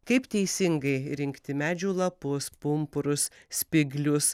kaip teisingai rinkti medžių lapus pumpurus spyglius